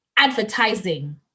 advertising